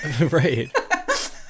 Right